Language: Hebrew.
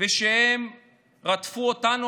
ושהם רדפו אותנו,